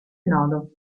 nodo